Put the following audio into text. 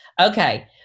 Okay